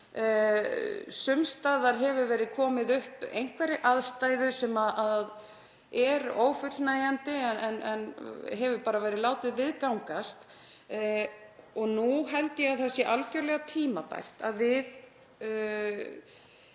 Sums staðar hefur verið komið upp einhverri aðstöðu sem er ófullnægjandi en hefur bara verið látin viðgangast. Nú held ég að það sé algjörlega tímabært að við